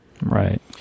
Right